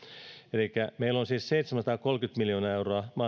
elikkä meillä on siis seitsemänsataakolmekymmentä miljoonaa euroa